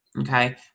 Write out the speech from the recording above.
okay